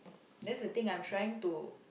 that's the thing I'm trying to